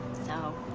so.